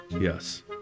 Yes